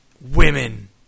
Women